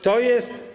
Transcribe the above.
To jest.